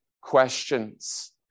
questions